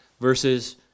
versus